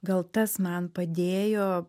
gal tas man padėjo